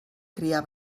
criar